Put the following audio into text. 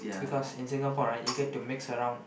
because in Singapore you get to mix around